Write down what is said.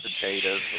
potatoes